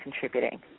contributing